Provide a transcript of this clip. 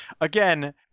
again